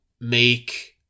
make